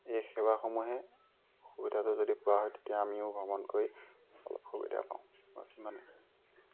এই সেৱাসমূহে সুবিধাটো যদি পোৱা হয় তেতিয়া আমিও ভ্ৰমণ কৰি অলপ সুবিধা পাওঁ বচ ইমানেই